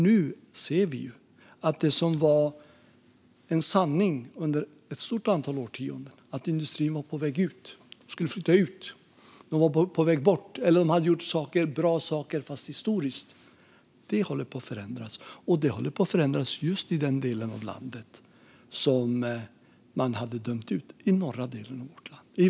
Nu ser vi att det som var en sanning under ett stort antal årtionden, att industrin var på väg bort och hade gjort bra saker fast historiskt, håller på att förändras, och det håller på att förändras just i den del av landet som man hade dömt ut, alltså norra delen av vårt land.